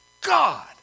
God